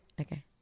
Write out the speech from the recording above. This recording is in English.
Okay